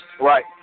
Right